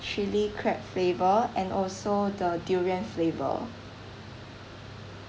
chilli crab flavour and also the durian flavour